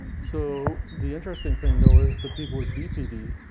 so the interesting thing, though, is the people with bpd,